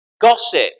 Gossip